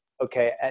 okay